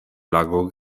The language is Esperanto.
lago